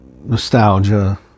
nostalgia